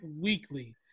weekly